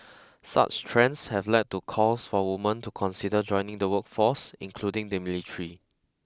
such trends have led to calls for woman to consider joining the workforce including the military